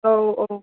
औ औ